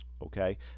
Okay